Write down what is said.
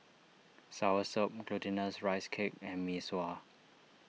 Soursop Glutinous Rice Cake and Mee Sua